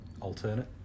alternate